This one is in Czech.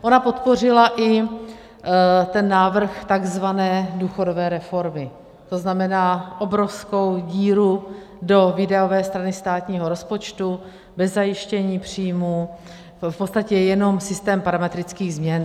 Ona podpořila i ten návrh tzv. důchodové reformy, to znamená obrovskou díru do výdajové strany státního rozpočtu, nezajištění příjmů, v podstatě jenom systém parametrických změn.